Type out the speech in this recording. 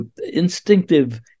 instinctive